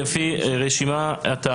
זה לפי רשימה של דוברים.